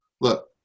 look